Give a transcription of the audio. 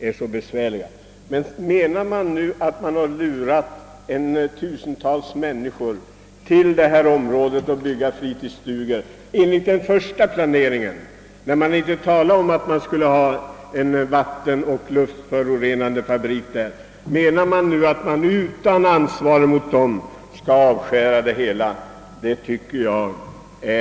Tusentals människor har byggt fritidsstugor i detta område, eftersom det i den första planen inte talades om någon vattenoch luftförorenande fabrik. Vill man nu utan att känna något ansvar mot dem inkräkta på deras fritidsmark och rekreationsmöjligheter?